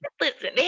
listen